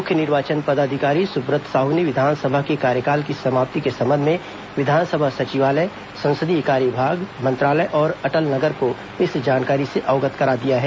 मुख्य निर्वाचन पदाधिकारी सुब्रत साहू ने विधानसभा के कार्यकाल की समाप्ति के संबंध में विधानसभा सचिवालय संसदीय कार्य विभाग मंत्रालय और अटल नगर को इस जानकारी से अवगत करा दिया है